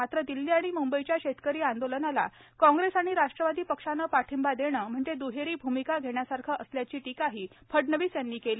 मात्र दिल्ली आणि म्ंबईच्या शेतकरी आंदोलनाला काँग्रेस आणि राष्ट्रवादी पक्षाने पाठिंबा देणे म्हणजे द्हेरी भूमिका घेण्यासारखे असल्याची टीकाही फडणवीस यांनी केली